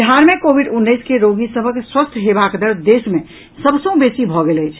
बिहार मे कोविड उन्नैस के रोगी सभक स्वस्थ हेबाक दर देश मे सभ सँ बेसी भऽ गेल अछि